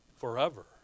Forever